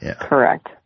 Correct